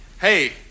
Hey